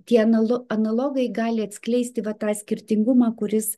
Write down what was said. tie nauji analogai gali atskleisti va tą skirtingumą kuris